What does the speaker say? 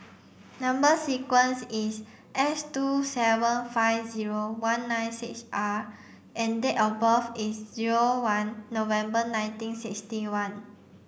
number sequence is S two seven five zero one nine six R and date of birth is zero one November nineteen sixty one